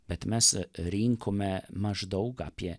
bet mes rinkome maždaug apie